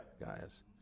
guys